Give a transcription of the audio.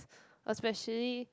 especially